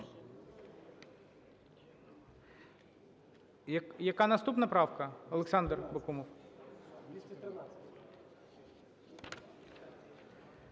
Яка наступна правка? Олександр Бакумов.